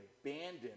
abandoned